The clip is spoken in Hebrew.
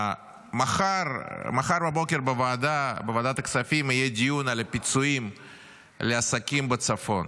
מחר בבוקר בוועדת הכספים יהיה דיון על הפיצויים לעסקים בצפון.